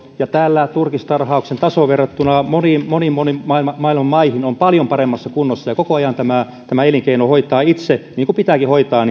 ja täällä turkistarhauksen taso verrattuna moniin moniin moniin maailman maihin on paljon paremmassa kunnossa ja koko ajan tämä tämä elinkeino hoitaa itse niin kuin pitääkin hoitaa